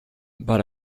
but